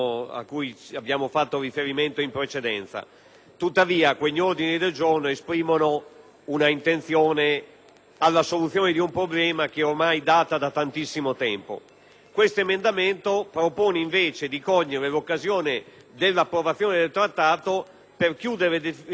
tuttavia esprimono un'intenzione per la soluzione di un problema che ormai data da tantissimo tempo. Questo emendamento propone, invece, di cogliere l'occasione dell'approvazione del Trattato per chiudere definitivamente un lunghissimo contenzioso.